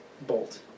Bolt